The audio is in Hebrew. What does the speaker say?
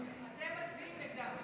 אתם מצביעים נגדם.